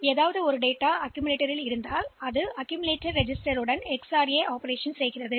எனவே இது எக்ஸ் அல்லது அக்கீம்லெட்டரின் பதிவேடுடன் கூடிய குவிப்பு ஆகும்